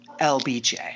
LBJ